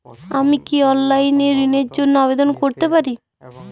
আমি কি অনলাইন এ ঋণ র জন্য আবেদন করতে পারি?